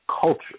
culture